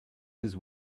his